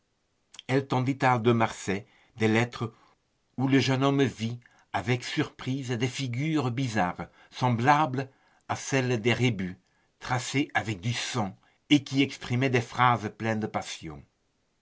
elle tendit à de marsay des lettres où le jeune homme vit avec surprise des figures bizarres semblables à celles des rébus tracées avec du sang et qui exprimaient des phrases pleines de passion